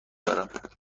دارم